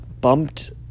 bumped